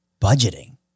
budgeting